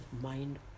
mind